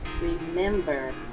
Remember